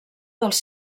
dels